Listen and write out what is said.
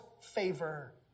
favor